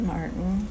Martin